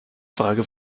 frage